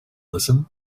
listen